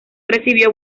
recibió